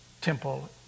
temple